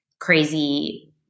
crazy